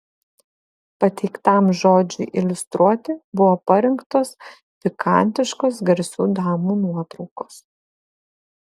pateiktam žodžiui iliustruoti buvo parinktos pikantiškos garsių damų nuotraukos